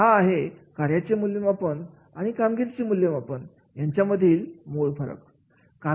तर हा आहे कार्याचे मूल्यमापन आणि कामगिरीचे मूल्यमापन यांच्यामधील मूळ फरक